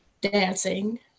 dancing